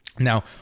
now